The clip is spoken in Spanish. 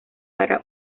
para